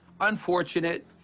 unfortunate